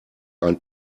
ein